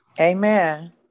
amen